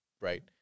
right